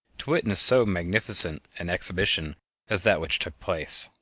to witness so magnificent an exhibition as that which took place.